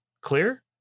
clear